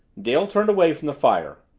dale turned away from the fire.